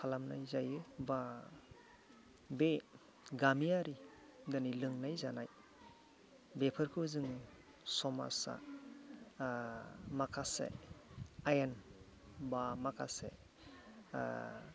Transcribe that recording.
खालामनाय जायो बा बे गामियारि लोंनाय जानाय बेफोरखौ जों समाजा माखासे आयेन बा माखासे